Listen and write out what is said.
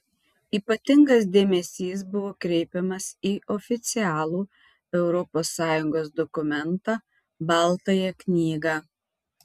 ypatingas dėmesys buvo kreipiamas į oficialų europos sąjungos dokumentą baltąją knygą